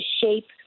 shape